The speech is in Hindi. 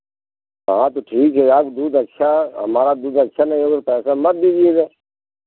हाँ तो ठीक है आप दूध अच्छा हमारा दूध अच्छा नहीं होगा तो पैसा मत दीजिएगा